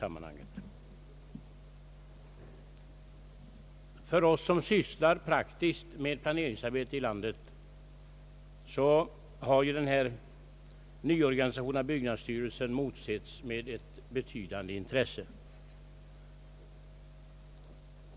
Av oss som sysslar praktiskt med planeringsarbete i landet har den nya organisationen av byggnadsstyrelsen motsetts med ett betydande intresse.